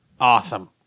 awesome